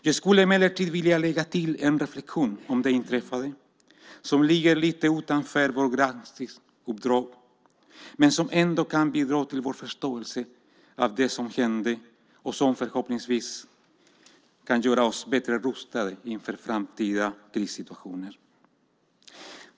Jag skulle emellertid vilja lägga till en reflexion om det inträffade, som ligger lite utanför vårt granskningsuppdrag men som ändå kan bidra till vår förståelse av det som hände och som förhoppningsvis kan göra oss bättre rustade inför framtida krissituationer.